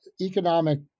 economic